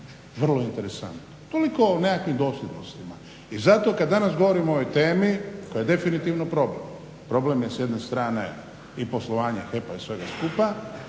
Vrlo interesantno. Toliko o nekakvim dosljednostima. I zato kad danas govorim o ovoj temi koja je definitivno problem, problem je s jedne strane i poslovanje HEP-a i svega skupa